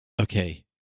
okay